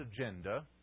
agenda